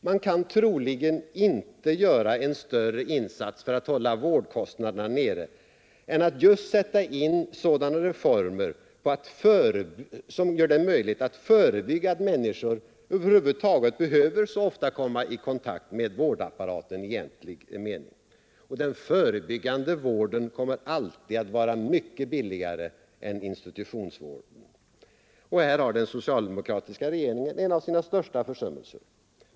Man kan troligen inte göra en större insats för att hålla vårdkostnaderna nere än att just sätta in reformer som gör det möjligt att förebygga att människor över huvud taget behöver så ofta komma i kontakt med vårdapparaten i egentlig mening. Den förebyggande vården kommer alltid att vara mycket billigare än institutionsvården. Här har den socialdemokratiska regeringen gjort en av sina största försummelser.